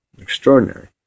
Extraordinary